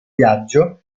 viaggio